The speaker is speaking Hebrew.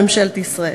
ממשלת ישראל.